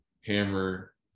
hammer